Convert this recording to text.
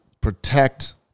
protect